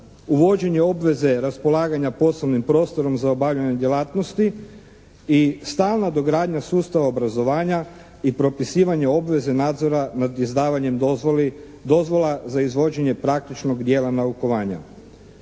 uvođenje obveze raspolaganja poslovnim prostorom za obavljanje djelatnosti i stalna dogradnja sustava obrazovanja i propisivanja obveze nadzora nad izdavanjem dozvola za izvođenje praktičnog dijela naukovanja.